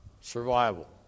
survival